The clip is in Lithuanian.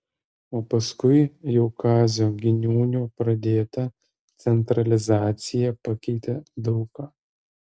o paskui jau kazio giniūno pradėta centralizacija pakeitė daug ką